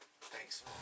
Thanks